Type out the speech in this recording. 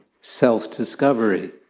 self-discovery